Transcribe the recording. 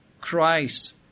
Christ